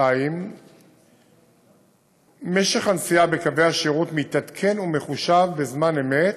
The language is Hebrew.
2. משך הנסיעה בקווי השירות מתעדכן ומחושב בזמן אמת,